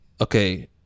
okay